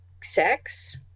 sex